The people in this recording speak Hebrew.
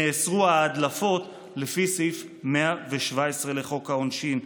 נאסרו ההדלפות לפי סעיף 117 לחוק העונשין.